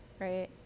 right